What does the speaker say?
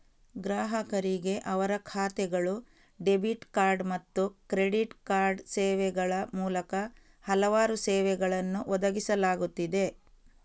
ಗ್ರಾಹಕರಿಗೆ ಅವರ ಖಾತೆಗಳು, ಡೆಬಿಟ್ ಕಾರ್ಡ್ ಮತ್ತು ಕ್ರೆಡಿಟ್ ಕಾರ್ಡ್ ಸೇವೆಗಳ ಮೂಲಕ ಹಲವಾರು ಸೇವೆಗಳನ್ನು ಒದಗಿಸಲಾಗುತ್ತಿದೆ